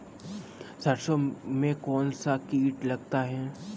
सरसों में कौनसा कीट लगता है?